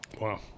Wow